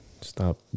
Stop